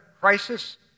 crisis